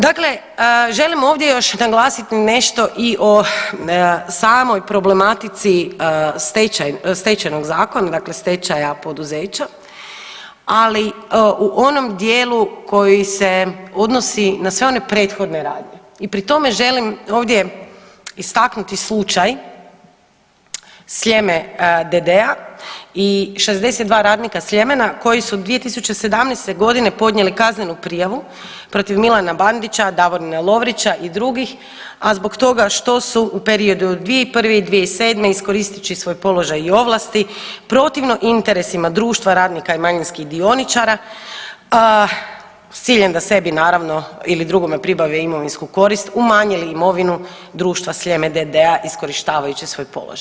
Dakle, želim ovdje još naglasiti nešto i o samoj problematici Stečajnog zakona dakle stečaja poduzeća, ali u onom dijelu koji se odnosi na sve one prethodne radnje i pri tome želim ovdje istaknuti slučaj Sljeme d.d. i 62 radnika Sljemena koji su 2017. godine podnijeli kaznenu prijavu protiv Milana Bandića, Davorina Lovrića i drugih, a zbog toga što su u periodu od 2001. – 2007. iskoristeći svoj položaj i ovlasti protivno interesima društva radnika i manjinskih dioničara s ciljem da sebi naravno ili drugome pribave imovinsku korist umanjili imovinu društva Sljeme d.d. iskorištavajući svoj položaj.